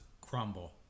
crumble